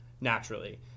naturally